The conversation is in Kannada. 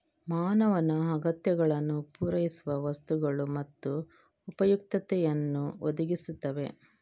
ಮಾನವನ ಅಗತ್ಯಗಳನ್ನು ಪೂರೈಸುವ ವಸ್ತುಗಳು ಮತ್ತು ಉಪಯುಕ್ತತೆಯನ್ನು ಒದಗಿಸುತ್ತವೆ